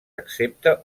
excepte